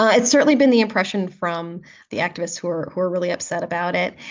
ah it's certainly been the impression from the activists who are who are really upset about it.